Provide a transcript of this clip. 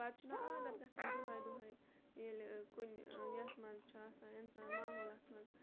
پَتہٕ چھُنہ عادت گژھان دۄہَے دۄہَے ییٚلہِ کُنہِ یَتھ منٛز چھُ آسان اِنسان ماحولَس منٛز